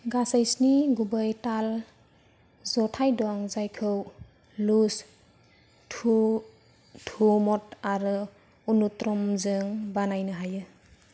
गासै स्नि गुबै ताल जथाय दं जायखौ लुस धुमत आरो अनुध्रतमजों बानायनो हायो